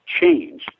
change